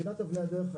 מבחינת אבני הדרך,